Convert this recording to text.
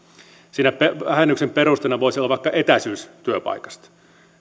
siinä vähennyksen perusteena voisi olla vaikka etäisyys työpaikasta